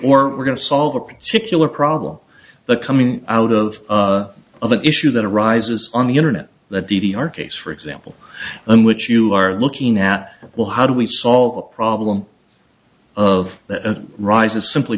or we're going to solve a particular problem the coming out of of an issue that arises on the internet that d d r case for example in which you are looking at well how do we solve the problem of the rise of simply